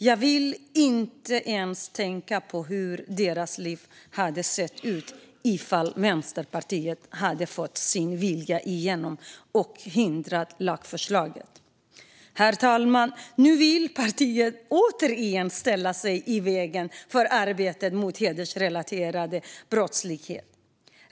Jag vill inte ens tänka på hur deras liv hade sett ut om Vänsterpartiet hade fått sin vilja igenom och hindrat lagförslaget. Herr talman! Nu vill partiet återigen ställa sig i vägen för arbetet mot hedersrelaterad brottslighet.